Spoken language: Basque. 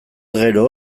gero